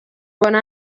ubona